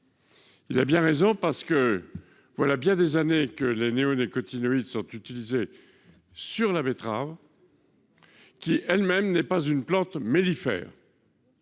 Il a raison. Voilà bien des années que les néonicotinoïdes sont utilisés sur la betterave, qui n'est pas une plante mellifère.